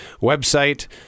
website